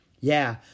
Yeah